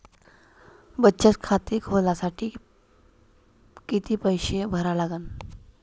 बचत खाते खोलासाठी किती पैसे भरा लागन?